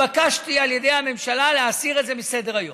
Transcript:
התבקשתי על ידי הממשלה להסיר את זה מסדר-היום.